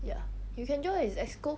ya you can join its exco